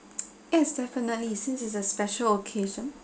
yes definitely since it's a special occasion